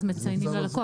אז מציינים ללקוח.